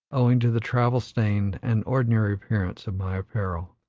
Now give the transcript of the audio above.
owing to the travel-stained and ordinary appearance of my apparel.